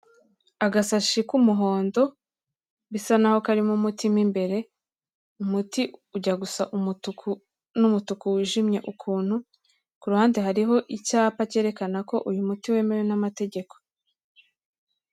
Agasashi k'umuhondo bisa naho karimo umutima imbere, umuti ujya gusa umutuku n'umutuku wijimye ukuntu, ku iruhande hariho icyapa cyerekana ko uyu muti wemewe n'amategeko.